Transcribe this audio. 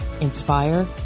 inspire